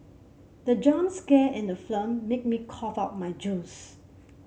the jump scare in the made me cough out my juice